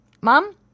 Mom